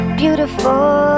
beautiful